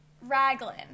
Raglan